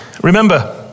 Remember